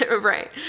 Right